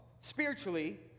spiritually